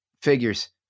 Figures